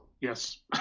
Yes